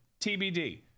TBD